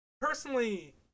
personally